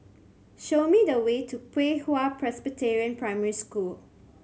show me the way to Pei Hwa Presbyterian Primary School